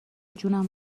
جونم